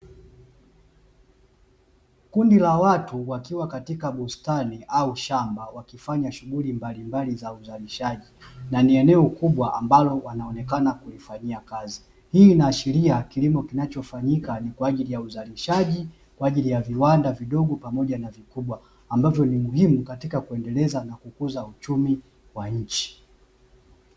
Kundi la watu wakiwa katika bustani au shamba, wakifanya shughuli mbalimbali za uzalishaji na ni eneo kubwa ambalo ambalo wanaonekana kulifanyia kazi. Hii inaashiria kilimo kinachofanyika, kwa ajili ya uzalishaji kwa ajili ya viwanda vidogo pamoja na vikubwa, ambavyo ni muhimu katika kuendeleza na kukuza uchumi wa nchi.